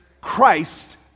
Christ